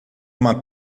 uma